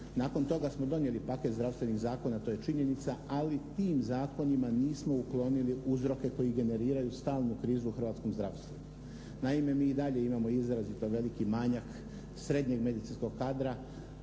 Nakon toga smo donijeli paket zdravstvenih zakona to je činjenica, ali tim zakonima nismo uklonili uzroke koji generiraju stalnu krizu u hrvatskom zdravstvu. Naime mi i dalje imamo izrazito veliki manjak srednjeg medicinskog kadra